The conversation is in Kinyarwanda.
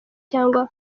cyangwa